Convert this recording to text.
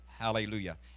Hallelujah